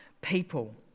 people